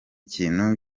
kintu